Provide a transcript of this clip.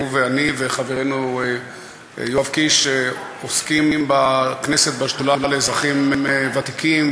הוא ואני וחברנו יואב קיש עוסקים בכנסת בשדולה לאזרחים ותיקים,